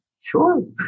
Sure